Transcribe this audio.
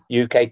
UK